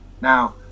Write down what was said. Now